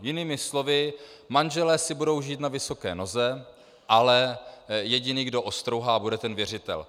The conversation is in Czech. Jinými slovy, manželé si budou žít na vysoké noze, ale jediný, kdo ostrouhá, bude věřitel.